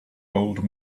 old